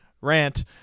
rant